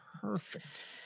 Perfect